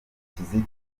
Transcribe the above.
kizito